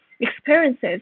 experiences